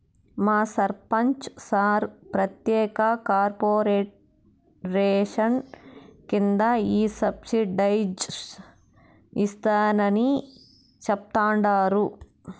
మా సర్పంచ్ సార్ ప్రత్యేక కార్పొరేషన్ కింద ఈ సబ్సిడైజ్డ్ ఇస్తారని చెప్తండారు